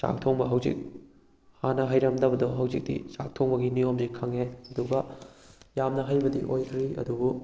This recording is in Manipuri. ꯆꯥꯛ ꯊꯣꯡꯕ ꯍꯧꯖꯤꯛ ꯍꯥꯟꯅ ꯍꯩꯔꯝꯗꯕꯗꯣ ꯍꯧꯖꯤꯛꯇꯤ ꯆꯥꯛ ꯊꯣꯡꯕꯒꯤ ꯅꯤꯌꯣꯝꯁꯤ ꯈꯪꯉꯦ ꯑꯗꯨꯒ ꯌꯥꯝꯅ ꯍꯩꯕꯗꯤ ꯑꯣꯏꯗ꯭ꯔꯤ ꯑꯗꯨꯕꯨ